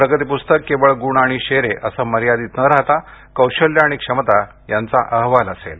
प्रगती प्स्तक केवळ ग्ण आणि शेरे असं मर्यादित न राहता कौशल्य आणि क्षमता यांचा अहवाल असेल